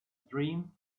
dream